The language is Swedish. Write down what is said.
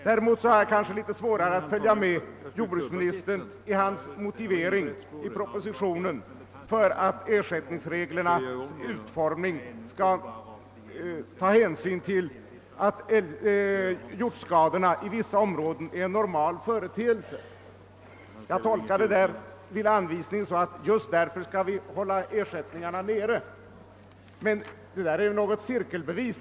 Däremot har jag litet svårare att följa med i jordbruksministerns motivering i propositionen för att man vid utformningen av ersättningsreglerna skall ta hänsyn till att hjortskadorna i vissa områden är en normal företeelse. Jag tolkar den skrivningen så, att just därför ersättningarna skall hållas nere. Men det är ju ett cirkelbevis.